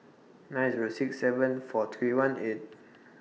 nine Zero six seven four three one eight